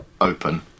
open